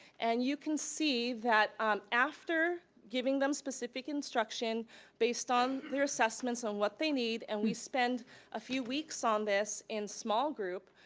and you can see that after giving them specific instruction based on their assessments on what they need, and we spend a few weeks on this in small group,